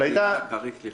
סליחה,